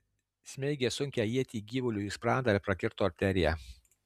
smeigė sunkią ietį gyvuliui į sprandą ir prakirto arteriją